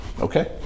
Okay